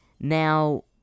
Now